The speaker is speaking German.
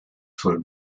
soll